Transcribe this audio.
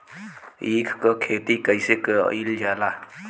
ईख क खेती कइसे कइल जाला?